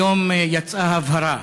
היום יצאה הבהרה